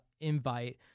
invite